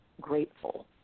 grateful